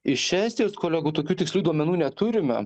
iš estijos kolegų tokių tikslių duomenų neturime